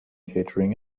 catering